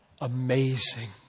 amazing